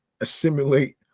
assimilate